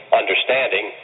understanding